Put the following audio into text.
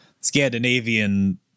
scandinavian